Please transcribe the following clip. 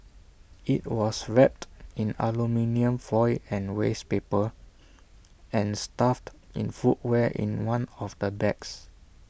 IT was wrapped in aluminium foil and waste paper and stuffed in footwear in one of the bags